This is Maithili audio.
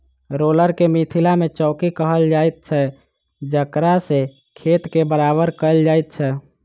रोलर के मिथिला मे चौकी कहल जाइत छै जकरासँ खेत के बराबर कयल जाइत छै